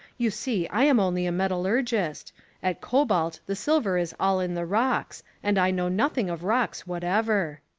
you see i'm only a metallurgist at cobalt the silver is all in the rocks and i know nothing of rocks whatever.